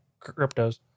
cryptos